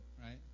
right